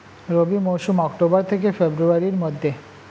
রবি মৌসুম অক্টোবর থেকে ফেব্রুয়ারির মধ্যে